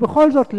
כי בכל זאת,